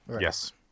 Yes